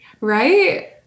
Right